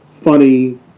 funny